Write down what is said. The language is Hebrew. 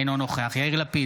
אינו נוכח יאיר לפיד,